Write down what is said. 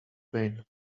pain